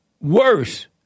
worse